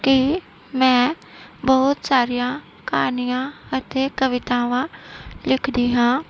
ਕੀ ਮੈਂ ਬਹੁਤ ਸਾਰੀਆਂ ਕਹਾਣੀਆਂ ਅਤੇ ਕਵਿਤਾਵਾਂ ਲਿਖਦੀ ਹਾਂ